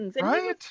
Right